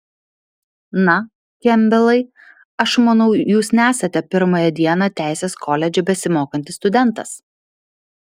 na kempbelai aš manau jūs nesate pirmąją dieną teisės koledže besimokantis studentas